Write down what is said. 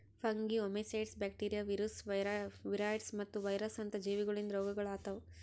fungi, oomycetes, bacteria, viruses, viroids ಮತ್ತ virus ಅಂತ ಜೀವಿಗೊಳಿಂದ್ ರೋಗಗೊಳ್ ಆತವ್